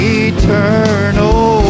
eternal